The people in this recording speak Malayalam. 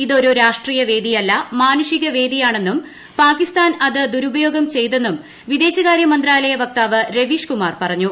ഇത് ഒരു രാഷ്ട്രീയ വേദിയല്ല മാനുഷിക വേദിയാണെന്നും പാകിസ്ഥാൻ അത് ദുരുപയോഗം ചെയ്തെന്നും വിദേശകാര്യ മന്ത്രാലയ വക്താവ് രവീഷ്കുമാർ പറഞ്ഞു